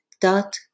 dot